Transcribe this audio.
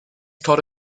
caught